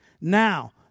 Now